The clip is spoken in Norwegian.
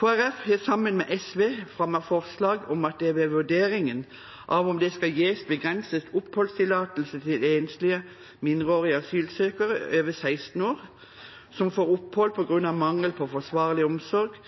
Kristelig Folkeparti har sammen med SV fremmet forslag om at det ved vurderingen av om det skal gis begrenset oppholdstillatelse til enslige mindreårige asylsøkere over 16 år, som får opphold på grunn av mangel på forsvarlig omsorg